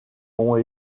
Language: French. ont